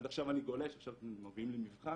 עד עכשיו אני גולש, עכשיו מביאים לי מבחן,